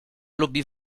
lubi